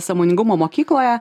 sąmoningumo mokykloje